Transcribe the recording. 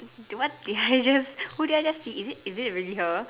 do what did I just do who did I just see is it really her